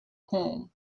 home